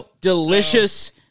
delicious